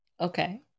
Okay